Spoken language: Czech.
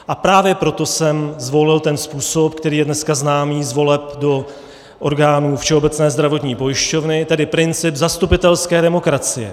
A právě proto jsem zvolil ten způsob, který je dneska znám z voleb do orgánů Všeobecné zdravotní pojišťovny, tedy princip zastupitelské demokracie.